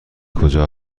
کجا